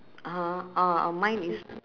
(uh huh) uh uh mine is